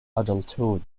adulthood